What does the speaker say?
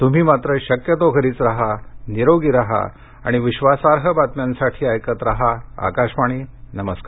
तुम्ही मात्र शक्यतो घरीच राहा निरोगी राहा आणि विश्वासार्ह बातम्यांसाठी ऐकत राहा आकाशवाणी नमस्कार